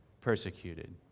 persecuted